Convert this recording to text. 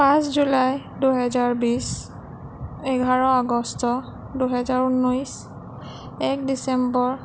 পাঁচ জুলাই দুহেজাৰ বিছ এঘাৰ আগষ্ট দুহেজাৰ ঊনৈছ এক ডিচেম্বৰ